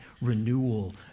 renewal